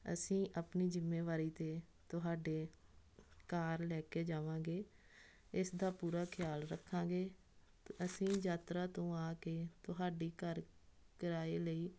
ਅਸੀਂ ਆਪਣੀ ਜਿੰਮੇਵਾਰੀ 'ਤੇ ਤੁਹਾਡੇ ਕਾਰ ਲੈ ਕੇ ਜਾਵਾਂਗੇ ਇਸ ਦਾ ਪੂਰਾ ਖਿਆਲ ਰੱਖਾਂਗੇ ਅਸੀਂ ਯਾਤਰਾ ਤੋਂ ਆ ਕੇ ਤੁਹਾਡੀ ਕਾਰ ਕਿਰਾਏ ਲਈ